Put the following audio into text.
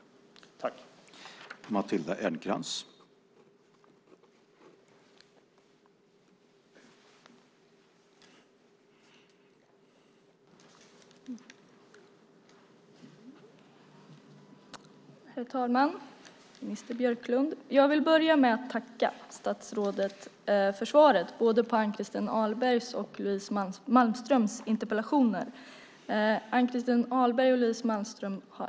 Då Louise Malmström, som framställt interpellation 2007 08:778, anmält att de var förhindrade att närvara vid sammanträdet medgav talmannen att Matilda Ernkrans fick ta emot båda interpellationssvaren.